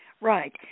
Right